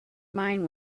mind